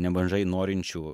nemažai norinčių